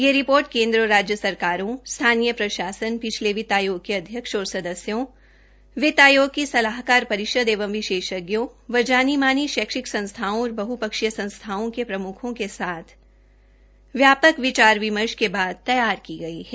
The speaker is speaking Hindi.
यह रिपोर्ट केन्द्र और राज्य सरकारों स्थानीय प्रशासन पिछले वित्त आयोग के अध्यक्ष और सदस्यों वित्त आयोग की सलाहकार परिषद एवं विशेषज्ञों व जानी मानी शैक्षिक संस्थाओं और बहपक्षीय संस्थाओं के प्रम्खों के साथ व्यापक विचार विमर्श के बाद तैयार की गई है